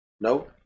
No